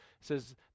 says